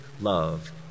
love